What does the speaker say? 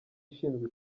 ishinzwe